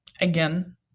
Again